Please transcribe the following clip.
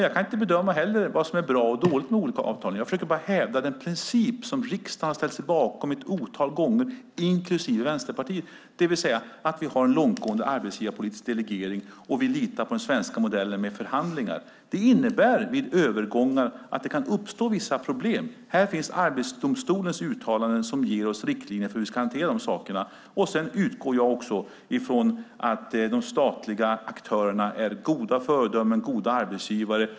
Jag kan inte heller bedöma vad som är bra och vad som är dåligt med olika avtal. Jag försöker bara hävda den princip som riksdagen, inklusive Vänsterpartiet, har ställt sig bakom ett otal gånger, det vill säga att vi har en långtgående arbetsgivarpolitisk delegering och att vi litar på den svenska modellen med förhandlingar. Det innebär att det vid övergångar kan uppstå vissa problem. Här finns Arbetsdomstolens uttalanden som ger oss riktlinjer för hur vi ska hantera dem. Och jag utgår från att de statliga aktörerna är goda föredömen och goda arbetsgivare.